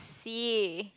see